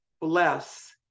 bless